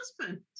husband